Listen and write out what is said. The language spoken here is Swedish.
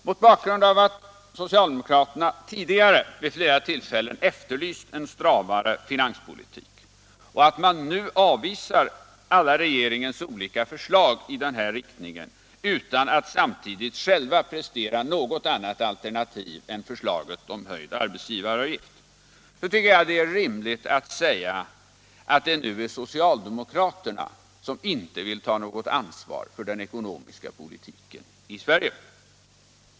Mot bakgrund av att socialdemokraterna tidigare vid flera tillfällen efterlyst en stramare finanspolitik och att de nu avvisar alla regeringens olika förslag i denna riktning utan att samtidigt själva presentera något annat alternativ än förslaget om höjd arbetsgivaravgift, tycker jag det är rimligt att säga, att det nu är socialdemokraterna som inte vill ta något ansvar för den ekonomiska politiken i Sverige.